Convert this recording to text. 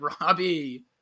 Robbie